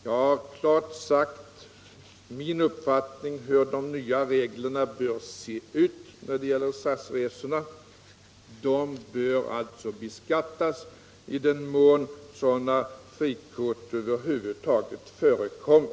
Jag har klart redogjort för min uppfattning om hur de nya reglerna bör se ut när det gäller SAS-resorna. Dessa bör beskattas i den mån frikort över huvud taget förekommer.